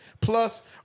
Plus